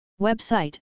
Website